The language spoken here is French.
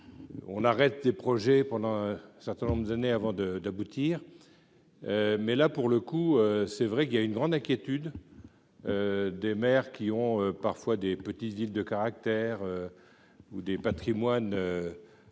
on arrête tes projets pendant un certain nombre d'années avant de d'aboutir, mais là pour le coup, c'est vrai qu'il y a une grande inquiétude des maires qui ont parfois des petites villes de caractère ou des patrimoines